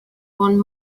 one